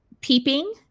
peeping